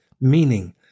meaning